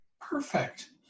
Perfect